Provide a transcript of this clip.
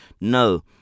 No